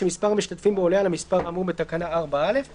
שמספר המשתתפים בו עולה על המספר האמור בתקנה 4(א);